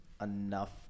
enough